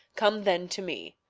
come then to me.